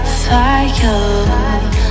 fire